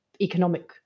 economic